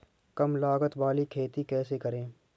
कम लागत वाली खेती कैसे करें?